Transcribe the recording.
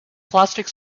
plastic